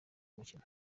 umukino